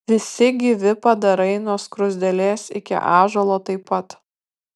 visi gyvi padarai nuo skruzdėlės iki ąžuolo taip pat